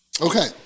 Okay